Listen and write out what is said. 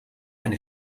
eine